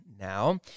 now